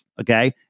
Okay